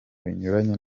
binyuranye